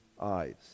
eyes